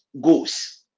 goes